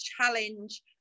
challenge